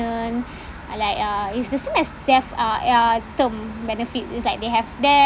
uh like uh it's the same as death uh ya term benefit it's like they have death